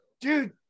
Dude